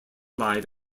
live